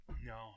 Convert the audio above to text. No